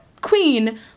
queen